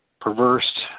perverse